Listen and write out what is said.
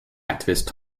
activist